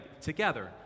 together